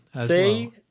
See